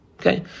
Okay